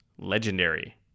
legendary